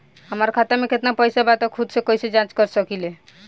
हमार खाता में केतना पइसा बा त खुद से कइसे जाँच कर सकी ले?